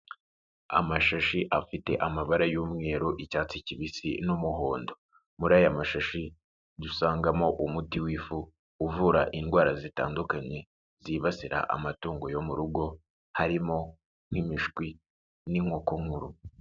Amashashi afite amabara y'umweru, icyatsi kibisi n'umuhondo, muri aya mashashi, dusangamo umuti w'ifu, uvura indwara zitandukanye, zibasira amatungo yo mu rugo, harimo nk'imishwi n'inkoko nkuru.